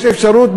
יש אפשרות,